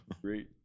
Great